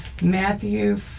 Matthew